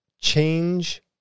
change